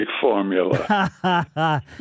formula